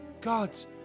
Gods